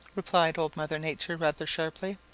replied old mother nature rather sharply.